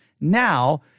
now